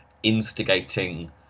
instigating